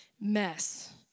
mess